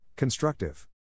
Constructive